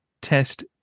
test